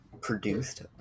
produced